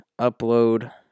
upload